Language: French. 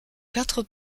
quatre